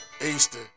Easter